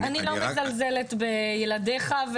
אני לא מזלזלת בילדיך.